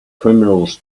criminals